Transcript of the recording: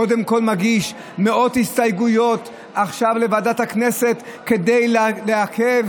קודם כול מגיש עכשיו מאות הסתייגויות לוועדת הכנסת כדי לעכב